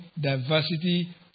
diversity